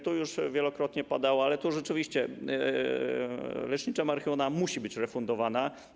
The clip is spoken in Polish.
Tu już wielokrotnie padało, że rzeczywiście lecznicza marihuana musi być refundowana.